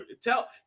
tell